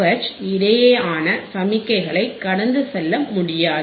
H இடையேயான சமிக்ஞைகளை கடந்து செல்ல முடியாது